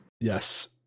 Yes